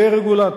כרגולטור,